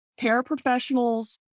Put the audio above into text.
paraprofessionals